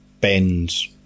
bends